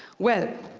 well,